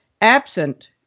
Absent